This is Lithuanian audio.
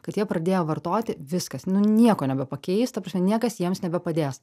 kad jie pradėjo vartoti viskas nu nieko nebepakeis ta prasme niekas jiems nebepadės